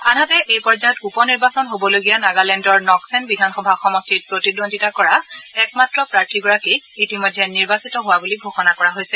আনহাতে এই পৰ্যায়ত উপ নিৰ্বাচন হবলগীয়া নাগালেণ্ডৰ নক্সেন বিধানসভা সমষ্টিত প্ৰতিদ্বন্দ্বিতা কৰা একমাত্ৰ প্ৰাৰ্থীগৰাকীক ইতিমধ্যে নিৰ্বাচিত হোৱা বুলি ঘোষণা কৰা হৈছে